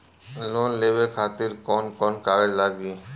Loan लेवे खातिर कौन कौन कागज लागी?